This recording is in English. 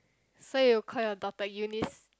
so you will call your daughter Eunice